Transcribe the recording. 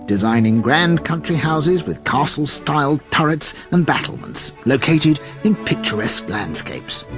designing grand country-houses with castle-styled turrets and battlements located in picturesque landscapes.